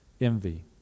envy